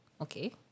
okay